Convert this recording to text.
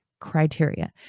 criteria